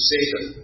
Satan